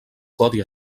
codi